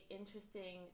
interesting